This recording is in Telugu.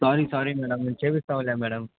సారి సారి మేడం మేము చేయిస్తాం మేడామ్